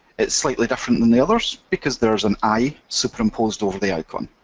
it's slightly different and the others, because there is an i superimposed over the icon.